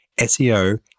SEO